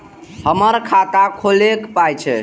हमर खाता खौलैक पाय छै